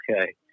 okay